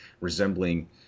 resembling